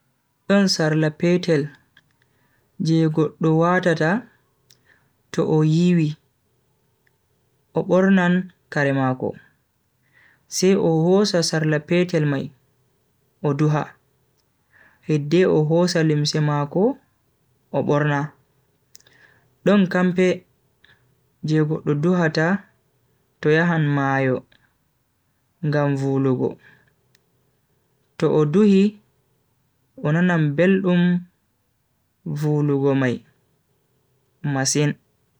Dun sarla petel jeego dhowata ta o yewi obornan kare mako. Se o xosa sarla petel mai o duha hedde o xosa limse mako oborna. Don kan pe jeego dodowata ta yahan maayo ngam vulugo to o duhi on na nan bel d um vulugo mai masin.